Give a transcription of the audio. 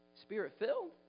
Spirit-filled